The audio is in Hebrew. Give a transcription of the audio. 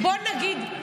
בוא נגיד,